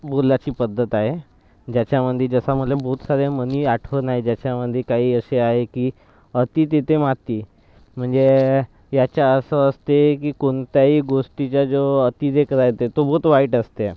बोलायची पद्धत आहे ज्याच्यामध्ये जसं मला बहुत साऱ्या म्हणी आठवण आहे ज्याच्यामध्ये काही असे आहे की अति तिथे माती म्हणजे याचा अर्थ असते की कोणत्याही गोष्टीचा जो अतिरेक राहते तो बहुत वाईट असते